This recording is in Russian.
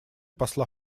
посла